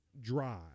drive